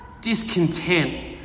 discontent